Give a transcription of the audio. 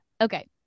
Okay